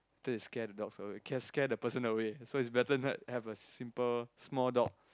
later they scare the dogs away scare scare the person away so it's better not have a simple small dog